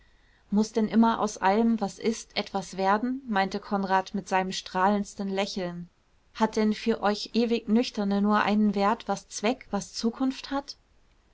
muß denn immer aus allem was ist etwas werden meinte konrad mit seinem strahlendsten lächeln hat denn für euch ewig nüchterne nur einen wert was zweck was zukunft hat